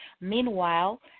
Meanwhile